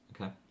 okay